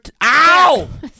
Ow